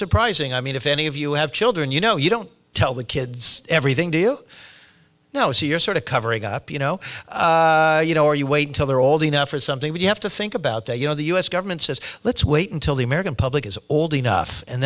surprising i mean if any of you have children you know you don't tell the kids everything to you now so you're sort of covering up you know you know or you wait until they're old enough or something but you have to think about that you know the u s government says let's wait until the american public is old enough and